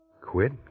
Quit